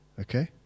okay